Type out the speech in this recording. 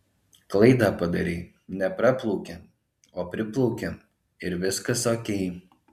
klaidą padarei ne praplaukiam o priplaukiam ir viskas okei